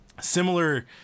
similar